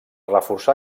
reforçar